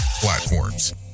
platforms